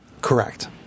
Correct